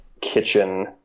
kitchen